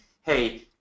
hey